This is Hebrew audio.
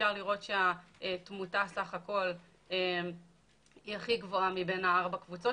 אפשר לראות שהתמותה סך הכול היא הכי גבוהה מבין ארבע הקבוצות